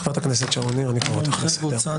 חברת הכנסת שרון ניר, אני קורא אותך לסדר.